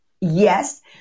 Yes